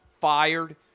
fired